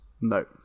No